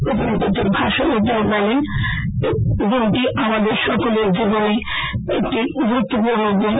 প্রধান অতিথির ভাষনে তিনি বলেন দিনটি আমাদের সকলের জীবনে একটি গুরুত্বপূর্ণ দিন